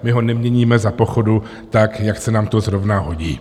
My ho neměníme za pochodu tak, jak se nám to zrovna hodí.